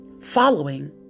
following